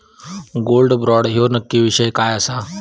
Gold bond ह्यो नक्की विषय काय आसा?